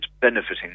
benefiting